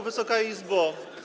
Wysoka Izbo!